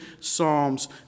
psalms